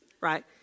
right